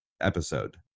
episode